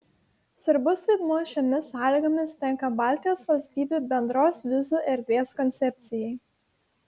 svarbus vaidmuo šiomis sąlygomis tenka baltijos valstybių bendros vizų erdvės koncepcijai